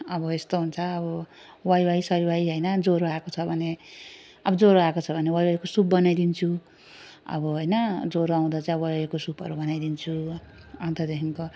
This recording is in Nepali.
अब यस्तो हुन्छ अब वाइवाई साइवाई होइन ज्वरो आएको छ भने अब ज्वरो आएको छ भने वाइवाईहरूको सुप बनाइदिन्छु अब होइन ज्वरो आउँदा चाहिँ वाइवाईको सुपहरू बनाइदिन्छु अनि त्यहाँदेखिको